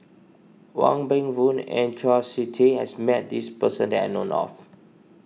Wong Meng Voon and Chau Sik Ting has met this person that I know of